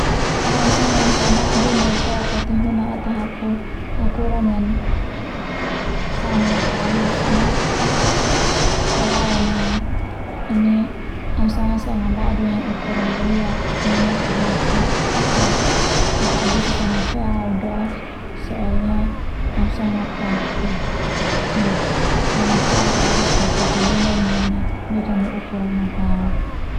Au sanga asa ba'du nai toko tehuna au ta hapu ukuran yang sama noka au sone au afada pelayan au ae au sanga asa ba'du yang ukuran loaiak tehuna au ta hapu de apakah bisa sanga fe au do te soalnya au sanga pake de sanga fe au leo te fako benaian a be kanu ukuran noka au.